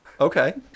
Okay